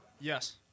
Yes